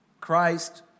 Christ